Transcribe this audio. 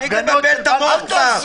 תפסיק לבלבל את המוח כבר.